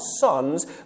sons